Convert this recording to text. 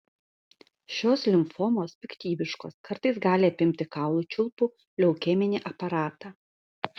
šios limfomos piktybiškos kartais gali apimti kaulų čiulpų leukeminį aparatą